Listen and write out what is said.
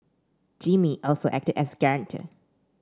Jimmy also acted as guarantor